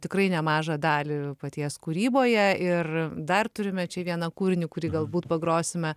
tikrai nemažą dalį paties kūryboje ir dar turime čia vieną kūrinį kurį galbūt pagrosime